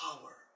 power